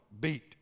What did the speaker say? beat